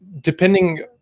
depending